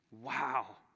Wow